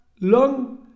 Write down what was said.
long